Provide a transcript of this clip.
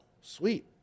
sweet